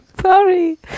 Sorry